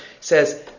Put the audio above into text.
Says